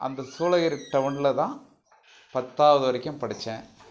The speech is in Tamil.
அந்த சூளகிரி டவுனில் தான் பத்தாவது வரைக்கும் படித்தேன்